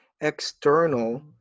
external